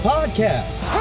Podcast